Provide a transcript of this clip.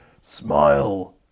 smile